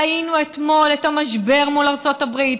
ראינו אתמול את המשבר מול ארצות הברית,